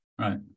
right